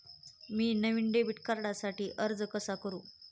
मी नवीन डेबिट कार्डसाठी अर्ज कसा करू?